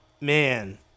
Man